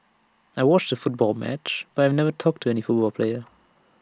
I watched A football match but I never talked to any football player